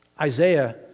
Isaiah